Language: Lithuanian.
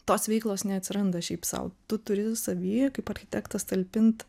tos veiklos neatsiranda šiaip sau tu turi savy kaip architektas talpint